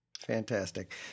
Fantastic